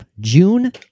June